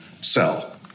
sell